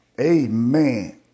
amen